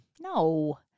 No